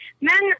men